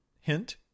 hint